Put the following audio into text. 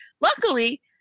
Luckily